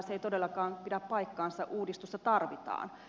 se ei todellakaan pidä paikkansa uudistusta tarvitaan